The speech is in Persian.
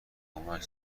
کمک